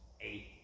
eight